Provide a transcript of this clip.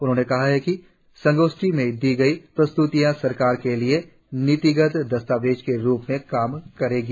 उन्होंने कहा कि संगोष्ठी में दी गई प्रस्तुतियां सरकार के लिए नीतिगत दस्तावेज के रूप में काम करेंगी